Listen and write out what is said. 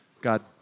God